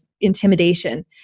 intimidation